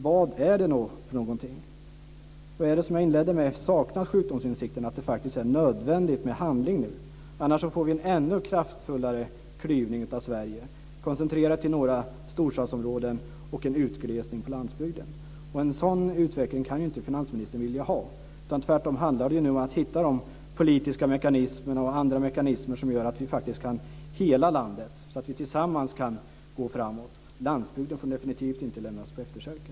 Inledningsvis var jag inne på att det saknas sjukdomsinsikt om att det faktiskt är nödvändigt med handling nu, för annars får vi en ännu kraftfullare klyvning av Sverige med en koncentration till några storstadsområden och med en utglesning på landsbygden. En sådan utveckling kan finansministern ju inte vilja ha. Tvärtom handlar det om att hitta politiska och andra mekanismer som gör att hela landet, att vi tillsammans, kan gå framåt. Landsbygden får definitivt inte lämnas på efterkälken.